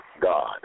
God